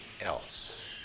else